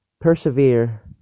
persevere